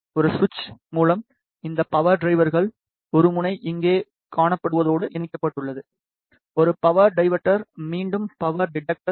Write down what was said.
ஒரு சுவிட்ச் மூலம் இந்த பவர் டிவைடர்கள் ஒரு முனை இங்கே காணப்படுவதோடு இணைக்கப்பட்டுள்ளது ஒரு பவர் டிடெக்டர் மீண்டும் பவர் டிடெக்டர்